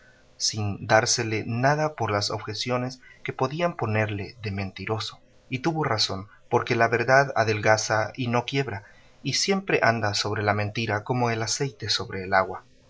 sin dársele nada por las objeciones que podían ponerle de mentiroso y tuvo razón porque la verdad adelgaza y no quiebra y siempre anda sobre la mentira como el aceite sobre el agua